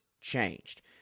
changed